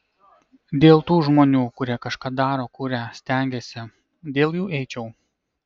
dėl tų žmonių kurie kažką daro kuria stengiasi dėl jų eičiau